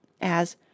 as